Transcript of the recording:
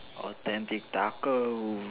authentic taco